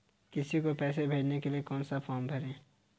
किसी को पैसे भेजने के लिए कौन सा फॉर्म भरें?